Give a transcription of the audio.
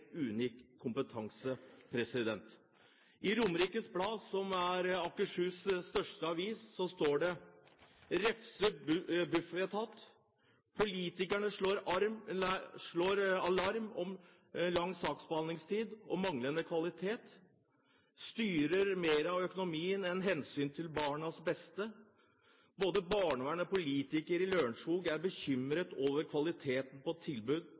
unik kompetanse. I Romerikes Blad, som er Akershus' største avis, står det: «Refser Bufetat». «Politikerne slår alarm om lang saksbehandlingstid og manglende kvalitet». Bufetat styres mer av økonomien enn av hensynet til barnas beste. Både barnevernet og politikere i Lørenskog er bekymret over kvaliteten på